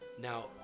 Now